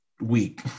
week